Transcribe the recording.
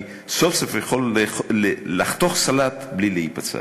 אני סוף-סוף יכול לחתוך סלט בלי להיפצע.